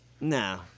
No